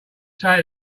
say